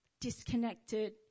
disconnected